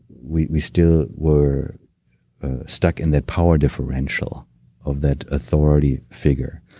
we we still were stuck in that power differential of that authority figure.